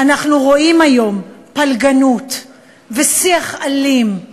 אנחנו רואים היום פלגנות ושיח אלים.